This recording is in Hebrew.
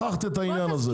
אם שכחת את העניין הזה.